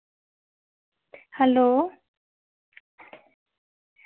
hello